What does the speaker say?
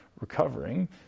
recovering